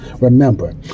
remember